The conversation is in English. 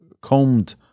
combed